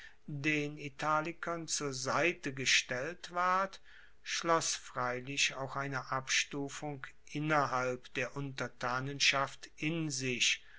den italikern zur seite gestellt ward schloss freilich auch eine abstufung innerhalb der untertanenschaft in sich